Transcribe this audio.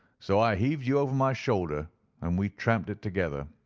so i heaved you over my shoulder and we tramped it together.